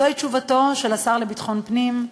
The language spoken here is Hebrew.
זוהי תשובתו של השר לביטחון פנים.